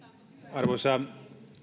arvoisa